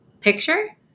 picture